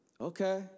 okay